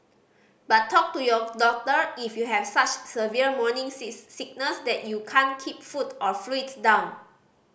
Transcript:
but talk to your doctor if you have such severe morning sees sickness that you can't keep food or fluids down